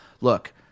look